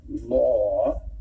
law